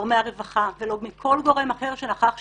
לא מהרווחה ולא מכל גורם אחר שנכח שם.